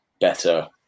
better